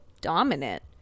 dominant